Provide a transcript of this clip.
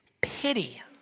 Pity